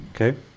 Okay